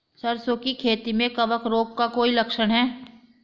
सरसों की खेती में कवक रोग का कोई लक्षण है?